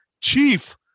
Chief